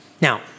Now